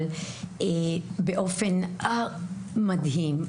אבל באופן מדהים.